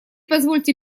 позвольте